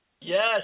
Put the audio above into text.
Yes